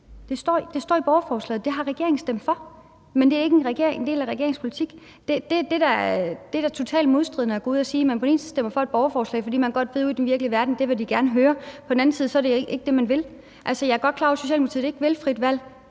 Det står i borgerforslaget, og det har regeringen stemt for, men det er ikke en del af regeringens politik. Det er da totalt modstridende at gå ud og sige, at man på den ene side stemmer for et borgerforslag, fordi man godt ved, at det vil de gerne høre ude i den virkelige verden, og på den anden side er det ikke det, man vil. Altså, jeg er godt klar over, at Socialdemokratiet ikke vil frit valg,